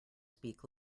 speak